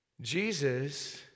Jesus